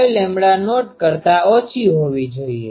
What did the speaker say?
05 lambda naught કરતા ઓછી હોવી જોઈએ